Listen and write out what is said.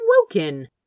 woken